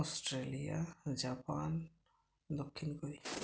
Australia Japan দক্ষিণ Korea